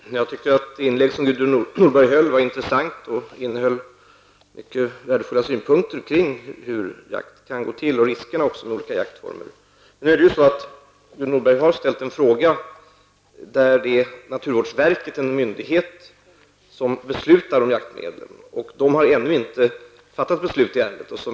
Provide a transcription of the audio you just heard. Fru talman! Jag tycker att det inlägg som Gudrun Norberg höll var intressant. Det innehöll många värdefulla synpunkter kring hur jakt kan gå till och riskerna med de olika jaktformerna. Gudrun Norberg har ställt en fråga avseende en myndighet, naturvårdsverket, som beslutar om jaktmedlen. Verket har ännu inte fattat beslut i ämnet.